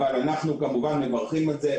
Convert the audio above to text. אבל אנחנו מברכים על זה.